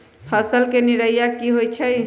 फसल के निराया की होइ छई?